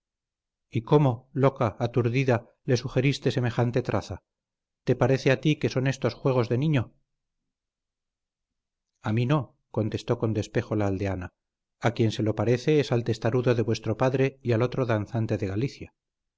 y cómo loca aturdida le sugeriste semejante traza te parece a ti que son estos juegos de niño a mí no contestó con despejo la aldeana a quien se lo parece es al testarudo de vuestro padre y al otro danzante de galicia